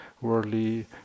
worldly